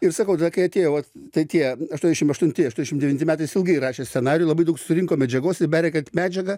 ir sakau tada kai atėjo vat tai tie aštuoniasdešim aštunti aštuoniasdešim devinti metai jis ilgai rašė scenarijų labai daug surinko medžiagos ir berenkant medžiagą